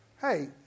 hey